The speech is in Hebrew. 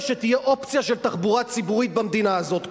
שתהיה אופציה של תחבורה ציבורית במדינה הזאת.